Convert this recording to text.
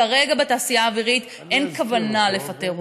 כרגע בתעשייה האווירית אין כוונה לפטר עובדים,